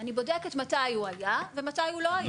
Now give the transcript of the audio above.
אני בודקת מתי הוא היה ומתי הוא לא היה.